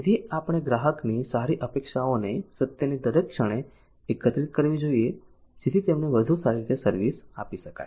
તેથી આપણે ગ્રાહકની સારી અપેક્ષાઓને સત્યની દરેક ક્ષણે એકત્રિત કરવી જોઈએ જેથી તેમને વધુ સારી રીતે સર્વિસ આપી શકાય